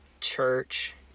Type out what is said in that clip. church